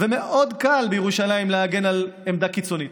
מאוד קל בירושלים להגן על עמדה קיצונית,